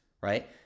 right